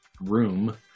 room